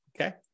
Okay